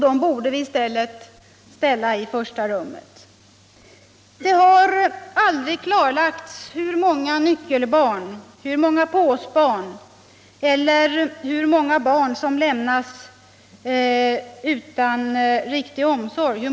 Dem borde vi i stället placera i första rummet. Det är aldrig kartlagt hur många nyckelbarn det finns, hur många påsbarn det finns, hur många barn som lämnas utan riktig omsorg.